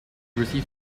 received